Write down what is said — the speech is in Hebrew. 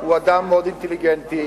הוא אדם מאוד אינטליגנטי,